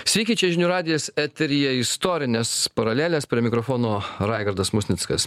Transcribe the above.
sveiki čia žinių radijas eteryje istorinės paralelės prie mikrofono raigardas musnickas